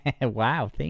Wow